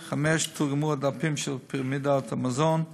5. תורגמו הדפים של פירמידת המזון,